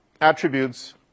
attributes